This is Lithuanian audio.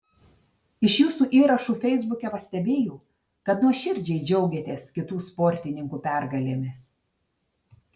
iš jūsų įrašų feisbuke pastebėjau kad nuoširdžiai džiaugiatės kitų sportininkų pergalėmis